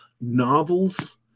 novels